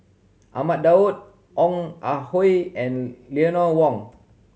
Ahmad Daud Ong Ah Hoi and Eleanor Wong